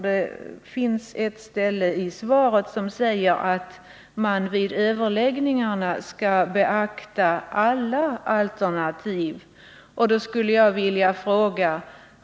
På ett ställe i svaret står det nämligen att man vid överläggningarna med danskarna skall beakta alla alternativ.